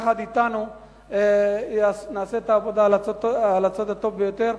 יחד אתנו, נעשה את העבודה על הצד הטוב ביותר.